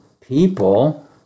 people